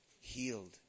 healed